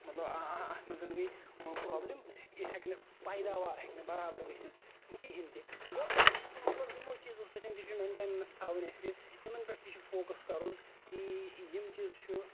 مطلب اَتھ منٛز گیے بروبلِم یہِ ہٮ۪کہِ نہٕ پیداوار تہِ ہٮ۪کہِ نہٕ برابر گژھِتھ کِہینۍ تہِ گوٚو اَمہِ مطلب یِمو چیٖزَو سۭتۍ تہِ چھُنہِ مینٹینَنس تھاونۍ اَسہِ یِمن پٮ۪ٹھ تہِ چھُ فوکَس کَرُن کہِ یِم چیٖز چھُ